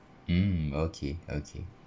mm okay okay